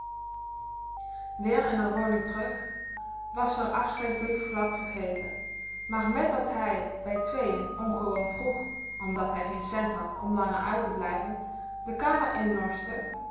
weer in r woning terug was ze r afscheidsbrief glad vergeten maar mèt dat hij bij tweeën ongewoon vroeg omdat-ie geen centen had om langer uit te blijven de kamer in norschte